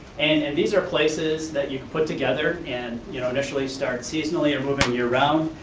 and and these are places that you can put together, and you know initially start seasonally or moving year-round.